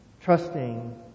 trusting